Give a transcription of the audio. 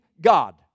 God